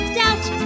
doubt